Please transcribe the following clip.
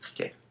okay